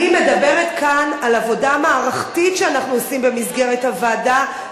אני מדברת כאן על עבודה מערכתית שאנחנו עושים במסגרת הוועדה,